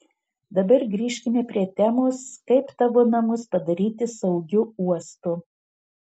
dabar grįžkime prie temos kaip tavo namus padaryti saugiu uostu